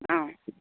অঁ